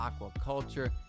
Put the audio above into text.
aquaculture